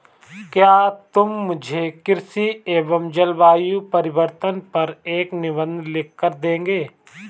क्या तुम मुझे कृषि एवं जलवायु परिवर्तन पर एक निबंध लिखकर दोगे?